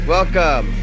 Welcome